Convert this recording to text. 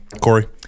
Corey